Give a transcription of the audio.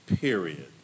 period